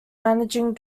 managing